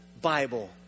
Bible